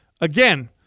Again